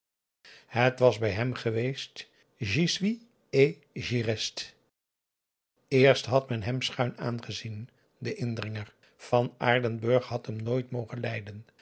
het was bij hem geweest j'y suis et j'y reste eerst had men hem schuin aangezien den indringer van aardenburg had hem nooit mogen lijden